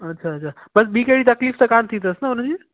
अच्छा अच्छा बसि ॿी कहिड़ी तकलीफ़ त कोन्ह थी अथस न उनजी